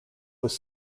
was